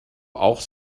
auch